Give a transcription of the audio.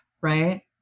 Right